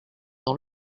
dans